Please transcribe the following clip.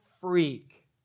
freak